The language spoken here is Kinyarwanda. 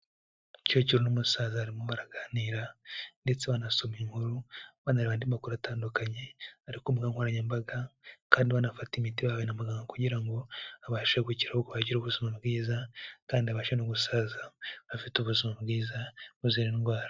Umukecuru n'umusaza barimo baraganira ndetse banasoma inkuru banareba andi makuru atandukanye ari ku mbuga nkoranyambaga, kandi banafata imiti bahawe na muganga kugira ngo babashe gukira ahubwo bagire ubuzima bwiza, kandi babashe no gusaza bafite ubuzima bwiza buzira indwara.